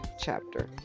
chapter